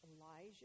Elijah